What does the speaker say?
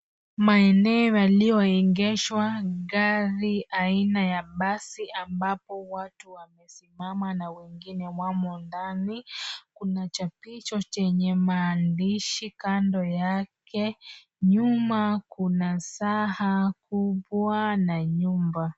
Maeneo yaliyoegeshwa gari aina ya basi ambapo watu wamesimama na wengine wamo ndani . Kuna chapisho chenye maandishi kando yake nyuma kuna saa kubwa na nyumba.